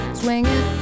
swinging